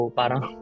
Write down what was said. parang